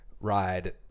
ride